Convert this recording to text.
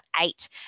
eight